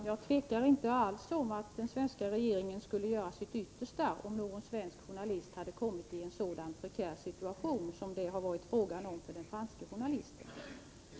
Herr talman! Jag tvivlar inte på att den svenska regeringen skulle göra sitt yttersta om någon svensk journalist hade hamnat i en så prekär situation som det varit fråga om för den franske journalisten.